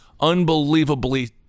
Unbelievably